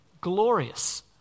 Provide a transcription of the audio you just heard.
glorious